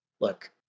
look